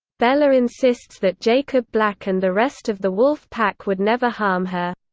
bella insists that jacob black and the rest of the wolf pack would never harm her.